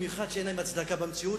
במיוחד שאין להם הצדקה במציאות.